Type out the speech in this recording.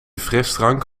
frisdrank